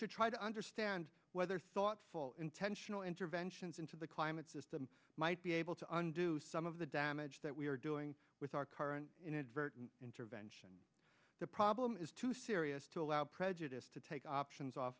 should try to understand whether thoughtful intentional interventions into the climate system might be able to undo some of the damage that we're doing with our car inadvertent intervention the problem is too serious to allow prejudice to take options off